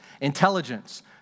intelligence